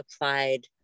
applied